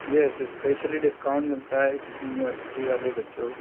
yes especially discount मिलता है university वाले बच्चों को